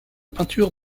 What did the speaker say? peinture